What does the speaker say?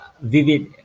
vivid